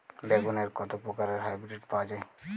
বেগুনের কত প্রকারের হাইব্রীড পাওয়া যায়?